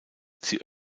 sie